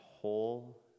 whole